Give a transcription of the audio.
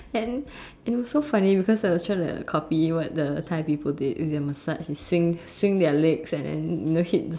and and it's so funny because I was trying to copy what the Thai people did with their massage and swing swing their legs and then know hit